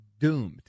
doomed